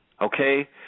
okay